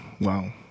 wow